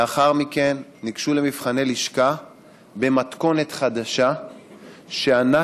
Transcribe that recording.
ולאחר מכן ניגשו למבחני לשכה במתכונת חדשה שאנחנו,